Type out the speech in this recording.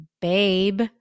Babe